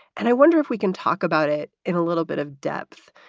and i wonder if we can talk about it in a little bit of depth,